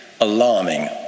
alarming